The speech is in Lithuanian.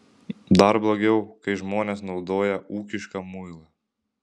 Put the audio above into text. dar blogiau kai žmonės naudoja ūkišką muilą